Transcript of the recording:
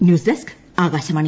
news desk Akashvani